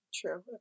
True